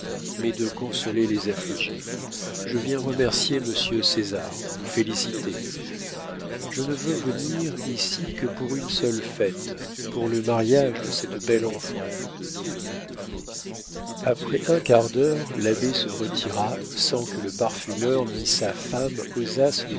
mais de consoler les affligés je viens remercier monsieur césar vous féliciter je ne veux venir ici que pour une seule fête pour le mariage de cette belle enfant illustration imp e martinet jamais toilette n'alla mieux à madame césar césar birotteau après un quart d'heure l'abbé se retira sans que le parfumeur ni sa femme osassent